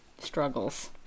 struggles